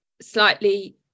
slightly